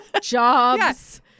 jobs